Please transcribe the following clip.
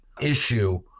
issue